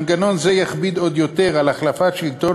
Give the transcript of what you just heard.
מנגנון זה יכביד עוד יותר על החלפת שלטון